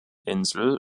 insel